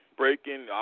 breaking